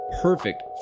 perfect